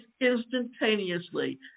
instantaneously